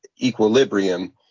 equilibrium